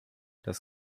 das